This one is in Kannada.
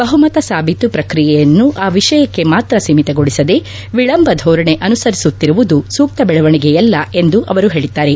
ಬಹುಮತ ಸಾಬೀತು ಪ್ರಕ್ರಿಯೆಯನ್ನು ಆ ವಿಷಯಕ್ಕೆ ಮಾತ್ರ ಸೀಮಿತಗೊಳಿಸದೆ ವಿಳಂಬಧೋರಣೆ ಅನುಸರಿಸುತ್ತಿರುವುದು ಸೂಕ್ತ ಬೆಳವಣಿಗೆಯಲ್ಲ ಎಂದು ಅವರು ಹೇಳಿದ್ದಾರೆ